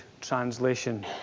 Translation